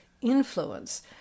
influence